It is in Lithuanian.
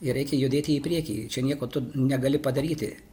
ir reikia judėti į priekį čia nieko tu negali padaryti